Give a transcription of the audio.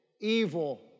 evil